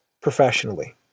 professionally